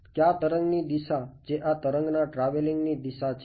ક્યાં તરંગની દિશા જે આ તરંગના ટ્રાવેલિંગની દિશા છે